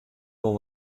wol